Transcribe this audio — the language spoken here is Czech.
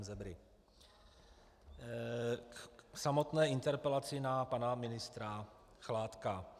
K samotné interpelaci na pana ministra Chládka.